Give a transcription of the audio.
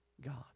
God